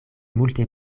multe